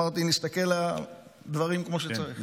אמרתי שנסתכל על הדברים כמו שצריך.